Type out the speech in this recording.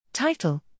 Title